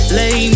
lay